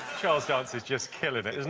charles dance is just killing it, isn't